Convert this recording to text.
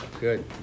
Good